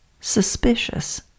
suspicious